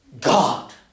God